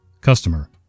Customer